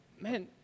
man